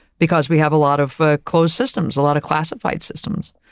because we have a lot of ah closed systems, a lot of classified systems.